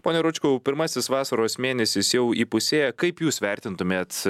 pone ročkau pirmasis vasaros mėnesis jau įpusėjo kaip jūs vertintumėt